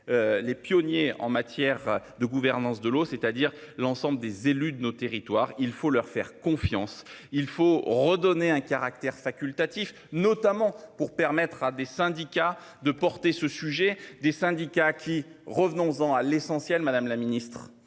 Les pionniers en matière de gouvernance de l'eau, c'est-à-dire l'ensemble des élus de nos territoires. Il faut leur faire confiance, il faut redonner un caractère facultatif, notamment pour permettre à des syndicats de porter ce sujet des syndicats qui revenons-en à l'essentiel, madame la Ministre